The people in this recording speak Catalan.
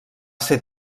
ser